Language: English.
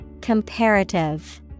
Comparative